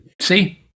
see